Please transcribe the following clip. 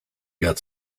got